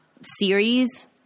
series